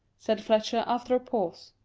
said fletcher, after a pause.